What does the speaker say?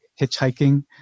hitchhiking